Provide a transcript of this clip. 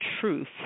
truth